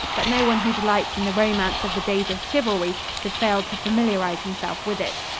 but no one who delights in the romance of the days of chivalry should fail to familiarize himself with it.